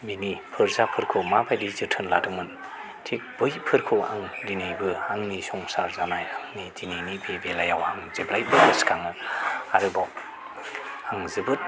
बिनि फोरजाफोरखौ माबायदि जोथोन लादोंमोन थिग बैफोरखौ आं दिनैबो आंनि संसार जानाय आंनि दिनैनि बे बेलायाव आं जेब्लायबो गोसोखाङो आरोबाव आं जोबोद